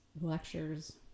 lectures